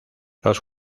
los